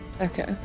okay